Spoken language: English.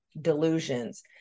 delusions